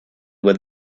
with